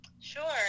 Sure